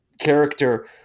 character